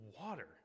water